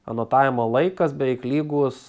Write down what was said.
anotavimo laikas beveik lygus